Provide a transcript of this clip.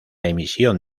emisión